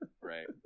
right